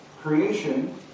creation